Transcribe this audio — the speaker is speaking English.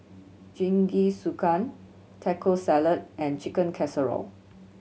Jingisukan Taco Salad and Chicken Casserole